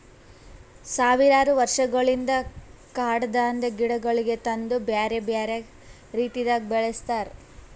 ಸಾವಿರಾರು ವರ್ಷಗೊಳಿಂದ್ ಕಾಡದಾಂದ್ ಗಿಡಗೊಳಿಗ್ ತಂದು ಬ್ಯಾರೆ ಬ್ಯಾರೆ ರೀತಿದಾಗ್ ಬೆಳಸ್ತಾರ್